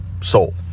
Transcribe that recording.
soul